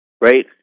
right